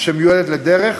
שמיועדת לדרך,